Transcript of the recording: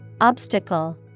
Obstacle